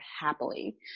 happily